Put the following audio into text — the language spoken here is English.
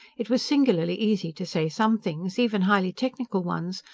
it was singularly easy to say some things, even highly technical ones,